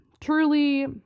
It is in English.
truly